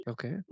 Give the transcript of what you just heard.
Okay